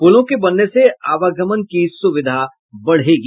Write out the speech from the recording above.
पुलों के बनने से आवागमन की सुविधा बढ़ेगी